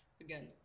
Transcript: again